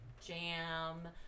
jam